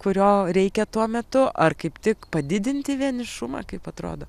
kurio reikia tuo metu ar kaip tik padidinti vienišumą kaip atrodo